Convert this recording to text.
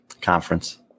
conference